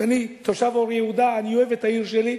אני תושב אור-יהודה ואני אוהב את העיר שלי,